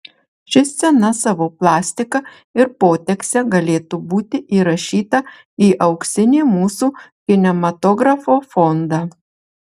ši scena savo plastika ir potekste galėtų būti įrašyta į auksinį mūsų kinematografo fondą